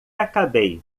acabei